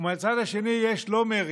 ומהצד השני יש לא מרי